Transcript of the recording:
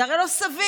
זה הרי לא סביר.